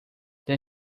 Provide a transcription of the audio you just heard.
then